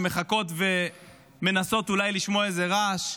מחכות ומנסות אולי לשמוע איזה רעש,